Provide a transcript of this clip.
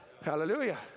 Hallelujah